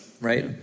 right